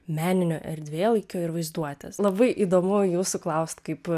meninio erdvėlaikio ir vaizduotės labai įdomu jūsų klaust kaip